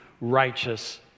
righteous